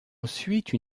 ensuite